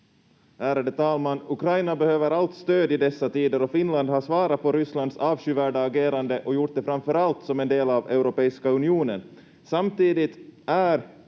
Ärade talman! Ukraina behöver allt stöd i dessa tider, och Finland har svarat på Rysslands avskyvärda agerande och gjort det framför allt som en del av Europeiska unionen. Samtidigt är